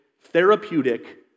therapeutic